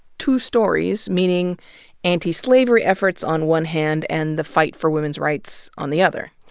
two stories, meaning antislavery efforts on one hand, and the fight for women's rights on the other.